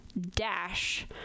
dash